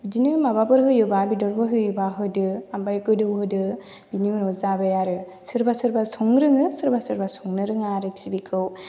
बिदिनो माबाफोर होयोबा बेदरफोर होयोबा होदो ओमफ्राय गोदौ होदो बिनि उनाव जाबाय आरो सोरबा सोरबा संनो रोङो सोरबा सोरबा संनो रोङा आरोखि बेखौ